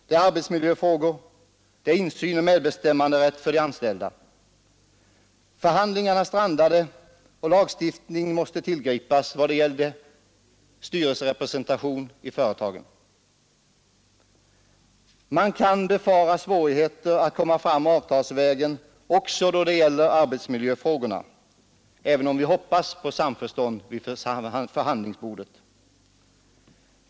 Det ä frågor om arbetsmiljö samt insyn och medbestämmanderätt för de anställda. Förhandlingarna strandade och lagstiftning måste tillgripas i fråga om styrelserepresentation i företagen. Man kan befara årigheter att komma fram avtalsvägen också då det gäller arbetsmiljöfrågorna, även om vi hoppas på samförstånd vid förhandlingsbordet.